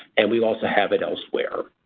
and we also have it elsewhere.